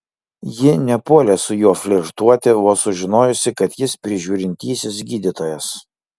ji nepuolė su juo flirtuoti vos sužinojusi kad jis prižiūrintysis gydytojas